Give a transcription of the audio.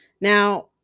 Now